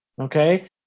Okay